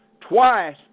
twice